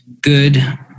good